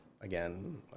again